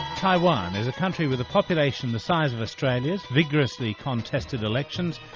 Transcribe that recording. taiwan is a country with a population the size of australia's vigorously contested elections,